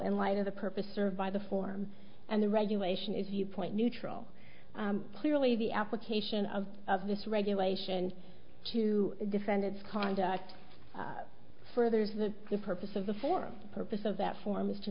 in light of the purpose served by the form and the regulation as you point neutral clearly the application of of this regulation to defend its conduct furthers the the purpose of the for the purpose of that forum is to